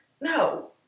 no